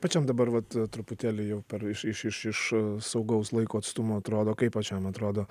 pačiam dabar vat truputėlį jau per iš iš iš saugaus laiko atstumo atrodo kaip pačiam atrodo